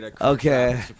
Okay